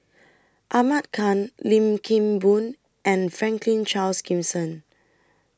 Ahmad Khan Lim Kim Boon and Franklin Charles Gimson